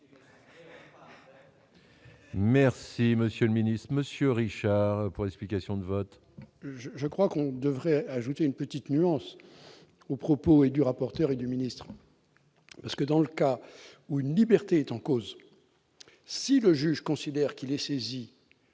Merci monsieur le minus Monsieur Richard pour l'explication de vote. Je je crois qu'on devrait ajouter une petite nuance aux propos et du rapporteur et du ministre parce que dans le cas où une liberté est en cause si le juge considère qu'il est saisi